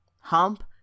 hump